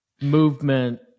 Movement